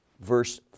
verse